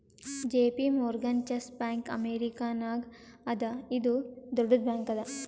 JP Morgan Chase bank ಅಮೇರಿಕಾನಾಗ್ ಅದಾ ಇದು ದೊಡ್ಡುದ್ ಬ್ಯಾಂಕ್ ಅದಾ